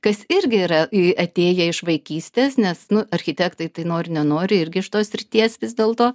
kas irgi yra atėję iš vaikystės nes nu architektai tai nori nenori irgi iš tos srities vis dėlto